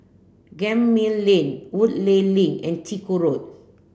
Gemmill Lane Woodleigh Link and Chiku Road